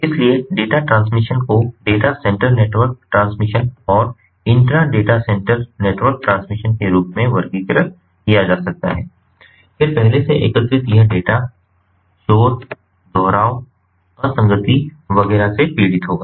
इसलिए data transmission को data centre network transmission और intra data centre network transmission के रूप में वर्गीकृत किया जा सकता है फिर पहले से एकत्रित यह डेटा शोर दोहराव असंगति वगैरह से पीड़ित होगा